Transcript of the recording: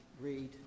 read